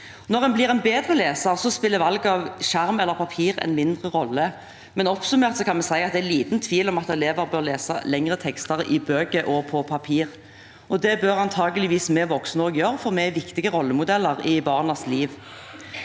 Når en blir en bedre leser, spiller valg av skjerm eller papir en mindre rolle. Oppsummert kan vi si at det er liten tvil om at elever bør lese lengre tekster i bøker og på papir. Det bør antageligvis vi voksne også gjøre, for vi er viktige rollemodeller i barnas liv.